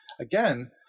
again